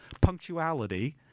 punctuality